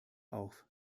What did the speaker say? auf